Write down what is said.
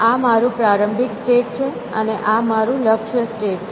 આ મારું પ્રારંભિક સ્ટેટ છે અને આ મારું લક્ષ્ય સ્ટેટ છે